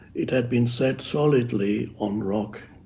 it had been set solidly on rock,